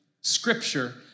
Scripture